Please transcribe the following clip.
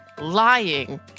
lying